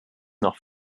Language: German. noch